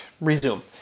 resume